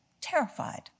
terrified